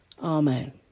Amen